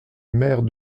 maire